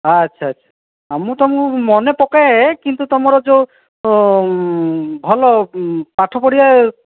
ଆଚ୍ଛା ଆଚ୍ଛା ମୁଁ ତୁମକୁ ମନେପକାଏ କିନ୍ତୁ ତୁମର ଯେଉଁ ଭଲ ପାଠପଢ଼ିବା